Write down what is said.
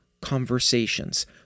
conversations